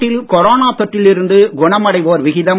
நாட்டில் கொரோனா தொற்றில் இருந்து குணமடைவோர் விகிதம்